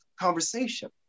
conversation